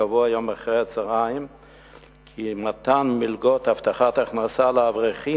קבעו היום אחר-הצהריים כי מתן מלגות הבטחת הכנסה לאברכים,